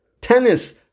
Tennis